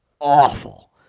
awful